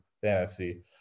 fantasy